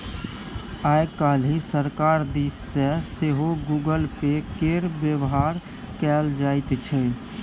आय काल्हि सरकार दिस सँ सेहो गूगल पे केर बेबहार कएल जाइत छै